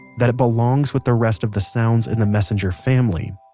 that it belongs with the rest of the sounds in the messenger family,